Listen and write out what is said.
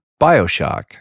Bioshock